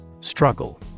Struggle